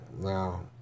Now